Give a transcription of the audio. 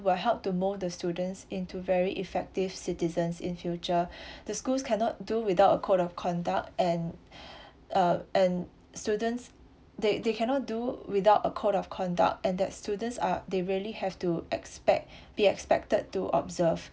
will help to mould the students into very effective citizens in future the schools cannot do without a code of conduct and uh and students they they cannot do without a code of conduct and that students are they really have to expect be expected to observe